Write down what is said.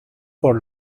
por